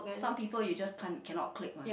someone you just can't cannot click one